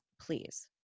please